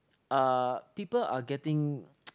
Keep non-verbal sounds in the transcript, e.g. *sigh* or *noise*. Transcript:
uh people are getting *noise*